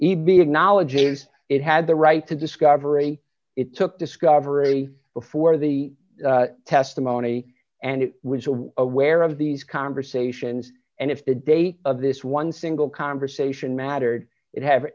acknowledges it had the right to discovery it took discovery before the testimony and it was aware of these conversations and if the date of this one single conversation mattered it have